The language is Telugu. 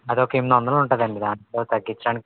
అదొక ఎనిమిదొందలుంటాదండి దాంట్లో తగ్గించడానికి కుదరదు